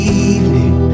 evening